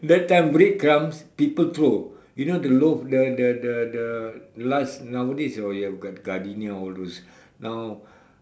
that time bread crumbs people throw you know the loaf the the the the last nowadays oh you have gardenia all those now